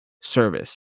service